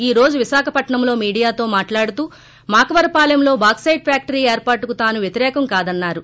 ఈ రోజు విశాఖపట్నంలో మీడియాతో మాట్లాడుతూ మాకవరపాలెంలో బాక్సెట్ ప్పాక్టర్ ఏర్పాటుకు తాను వ్యతిరేకం కాదన్నారు